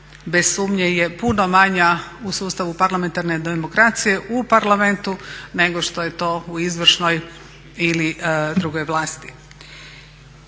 bez sumnje je puno manja u sustavu parlamentarne demokracije u Parlamentu nego što je to u izvršnoj ili drugoj vlasti.